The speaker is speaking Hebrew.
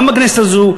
גם בכנסת הזו,